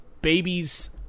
babies